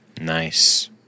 Nice